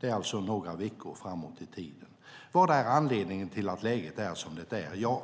Det är alltså några veckor framåt i tiden. Vad är anledningen till att läget är som det är?